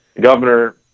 Governor